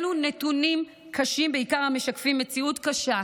אלו נתונים קשים המשקפים מציאות קשה,